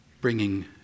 bringing